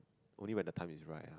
only when the time is right ah